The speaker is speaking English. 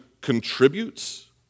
contributes